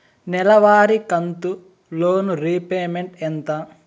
నెలవారి కంతు loan repayment ఎంత?